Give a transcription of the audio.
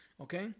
Okay